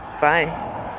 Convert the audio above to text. bye